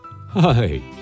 Hi